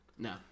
No